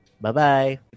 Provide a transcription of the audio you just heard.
Bye-bye